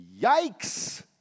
Yikes